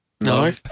No